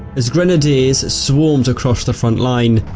as grenadiers swarmed across the front line,